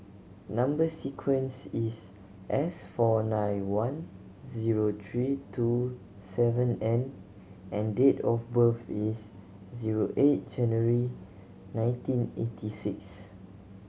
number sequence is S four nine one zero three two seven N and date of birth is zero eight January nineteen eighty six